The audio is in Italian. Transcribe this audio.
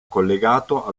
collegato